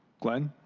glenn?